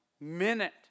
minute